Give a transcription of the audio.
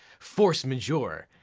force majeure,